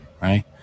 Right